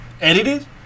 edited